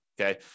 Okay